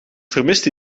vermiste